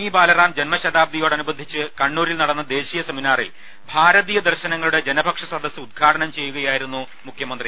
E Balaram ജൻമശതാബ്ദിയോടനുബന്ധിച്ച് കണ്ണൂരിൽ നടന്ന ദേശീയ സെമിനാറിൽ ഭാരതീയ ദർശനങ്ങളുടെ ജനപക്ഷ സദസ്സ് ഉദ് ഘാടനം ചെയ്യുകയായിരുന്നു മുഖ്യമന്ത്രി